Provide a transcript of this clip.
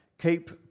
keep